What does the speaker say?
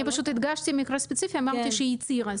אני פשוט הדגשתי מקרה ספציפי ואמרתי שהיא הצהירה.